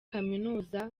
kaminuza